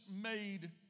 made